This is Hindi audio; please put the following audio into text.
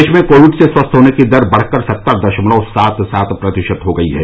देश में कोविड से स्वस्थ होने की दर बढ़कर सत्तर दशमलव सात सात प्रतिशत हो गई है